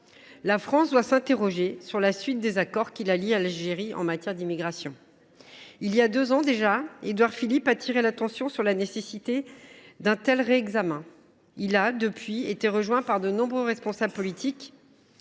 la France doit s’interroger sur la suite des accords qui la lient à l’Algérie en matière d’immigration. Voilà deux ans déjà, Édouard Philippe attirait notre attention sur la nécessité d’un tel réexamen ; depuis lors, il a été rejoint par de nombreux responsables politiques.